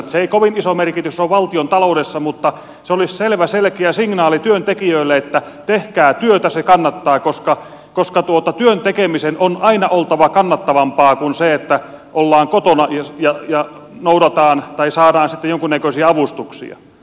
sillä ei kovin iso merkitys ole valtion taloudessa mutta se olisi selvä selkeä signaali työntekijöille että tehkää työtä se kannattaa koska työn tekemisen on aina oltava kannattavampaa kuin se että ollaan kotona ja saadaan sitten jonkunnäköisiä avustuksia